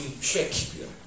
Shakespeare